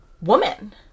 woman